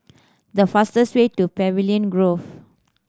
the fastest way to Pavilion Grove